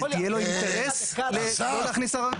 לא יכניסו ערר.